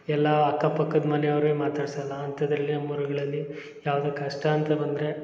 ಎಲ್ಲಾ ಅಕ್ಕಪಕ್ಕದ ಮನೆಯವರೇ ಮಾತಾಡ್ಸಲ್ಲ ಅಂಥದ್ರಲ್ಲಿ ನಮ್ಮೂರುಗಳಲ್ಲಿ ಯಾವುದೋ ಕಷ್ಟ ಅಂತ ಬಂದರೆ